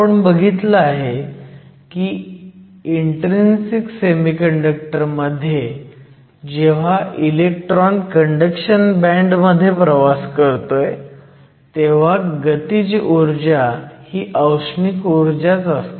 आपण बघितलं आहे की इन्ट्रीन्सिक सेमीकंडक्टर मध्ये जेव्हा इलेक्ट्रॉन कंडक्शन बँड मध्ये प्रवास करतोय तेव्हा गतीज ऊर्जा ही औष्णिक ऊर्जाच असते